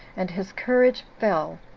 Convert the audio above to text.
and his courage fell,